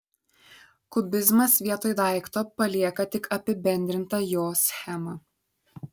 kubizmas vietoj daikto palieka tik apibendrintą jo schemą